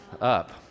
up